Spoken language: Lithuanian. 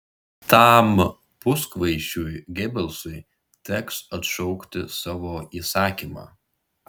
tam puskvaišiui gebelsui teks atšaukti savo įsakymą